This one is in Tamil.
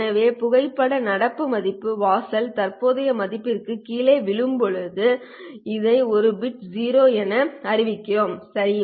எனவே புகைப்பட நடப்பு மதிப்பு வாசல் தற்போதைய மதிப்பிற்குக் கீழே விழும்போது இதை ஒரு பிட் 0 என அறிவிக்கிறோம் சரி